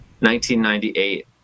1998